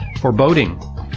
foreboding